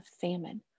famine